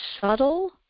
subtle